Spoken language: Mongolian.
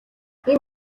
энэ